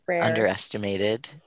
underestimated-